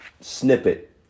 snippet